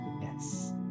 yes